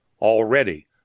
Already